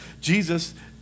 Jesus